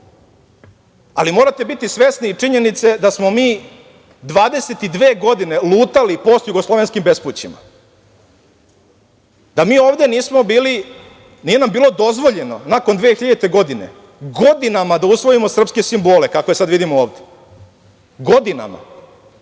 državnost. Morate biti svesni činjenice da smo mi 22 godine lutali postjugoslovenskim bespućima. Da nama ovde nije bilo dozvoljeno nakon 2000. godine, godinama da usvojimo srpske simbole, kakve sada vidimo ovde, godinama.